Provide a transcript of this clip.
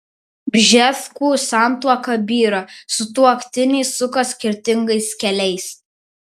bžeskų santuoka byra sutuoktiniai suka skirtingais keliais